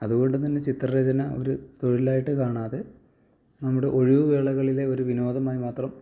അതുകൊണ്ട് തന്നെ ചിത്ര രചന ഒരു തൊഴിലായിട്ട് കാണാതെ നമ്മുടെ ഒഴിവു വേളകളിലെ ഒരു വിനോദമായി മാത്രം